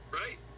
right